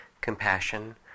compassion